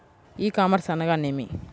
ఈ కామర్స్ అనగా నేమి?